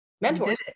Mentors